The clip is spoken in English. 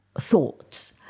thoughts